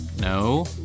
No